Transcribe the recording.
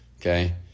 okay